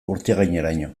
urtiagaineraino